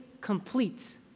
complete